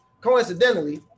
coincidentally